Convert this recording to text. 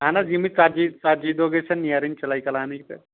اہن حظ یِمی ژتجی ژتجی دۄہ گٔژھَن نیرٕنۍ چِلے کلانٕکۍ تہٕ